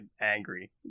angry